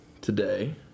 today